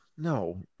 No